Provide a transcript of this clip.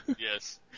Yes